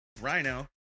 Rhino